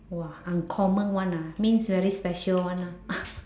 [wah] uncommon [one] ah means very special [one] ah